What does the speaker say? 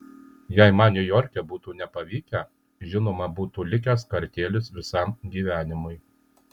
jei man niujorke būtų nepavykę žinoma būtų likęs kartėlis visam gyvenimui